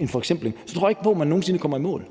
en forsimpling, tror jeg ikke på, at man nogen sinde kommer i mål.